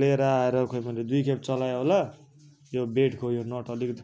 लिएर आएर खोइ मैले दुई खेप चलाएर होला यो बेडको यो नट अलिकति